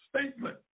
statement